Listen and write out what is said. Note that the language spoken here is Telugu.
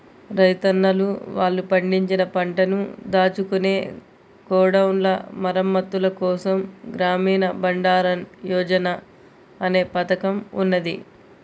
రైతన్నలు వాళ్ళు పండించిన పంటను దాచుకునే గోడౌన్ల మరమ్మత్తుల కోసం గ్రామీణ బండారన్ యోజన అనే పథకం ఉన్నది